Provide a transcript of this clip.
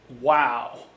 wow